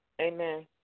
Amen